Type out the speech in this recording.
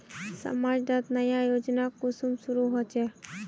समाज डात नया योजना कुंसम शुरू होछै?